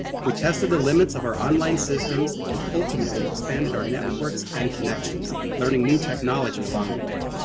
we tested the limits of our online systems and ultimately expanded our networks and connections, learning new technology along the way.